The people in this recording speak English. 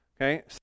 Okay